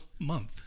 month